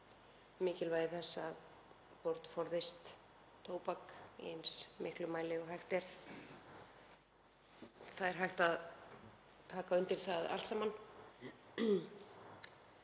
mikilvægi þess að börn forðist tóbak í eins miklum mæli og hægt er. Það er hægt að taka undir það allt saman.